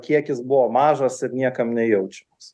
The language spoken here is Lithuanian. kiekis buvo mažas ir niekam nejaučiamas